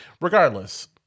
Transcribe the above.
Regardless